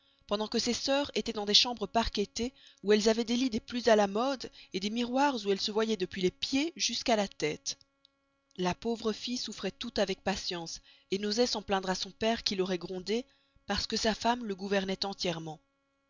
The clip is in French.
pendant que ses sœurs estoient dans des chambres parquetées où elles avoient des lits des plus à la mode des miroirs où elles se voyoient depuis les pieds jusqu'à la teste la pauvre fille souffroit tout avec patience et n'osoit s'en plaindre à son pere qui l'auroit grondée parce que sa femme le gouvernoit entierement